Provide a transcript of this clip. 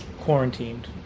quarantined